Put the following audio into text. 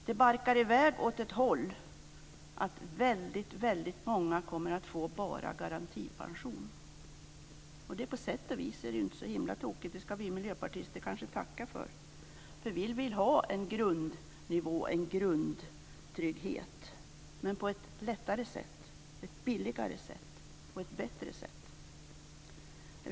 Det barkar i väg åt det hållet att många bara kommer att få garantipension. På sätt och vis är det inte så himla tokigt. Det ska vi miljöpartister kanske tacka för. Vi vill ha en grundtrygghet, men på ett lättare, billigare och bättre sätt.